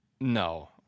No